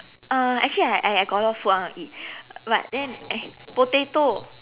uh actually I I got a lot of food I want to eat but then uh potato